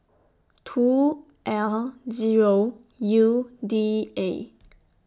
two L Zero U D A